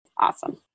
Awesome